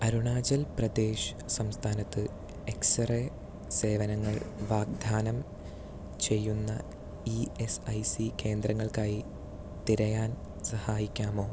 അരുണാചൽ പ്രദേശ് സംസ്ഥാനത്ത് X ray സേവനങ്ങൾ വാഗ്ദാനം ചെയ്യുന്ന ഇ എസ് ഐ സി കേന്ദ്രങ്ങൾക്കായി തിരയാൻ സഹായിക്കാമോ